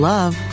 Love